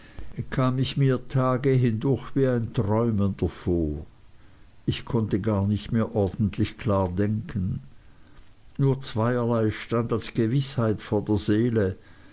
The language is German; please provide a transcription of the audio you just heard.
kam ich mir tage hindurch wie ein träumender vor ich konnte gar nicht mehr ordentlich klar denken nur zweierlei stand mir als gewißheit vor der seele